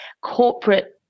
corporate